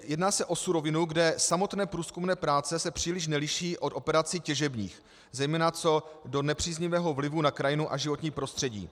Jedná se o surovinu, kde samotné průzkumné práce se příliš neliší od operací těžebních, zejména co do nepříznivého vlivu na krajinu a životní prostředí.